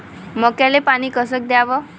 मक्याले पानी कस द्याव?